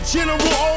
General